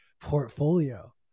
portfolio